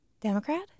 Democrat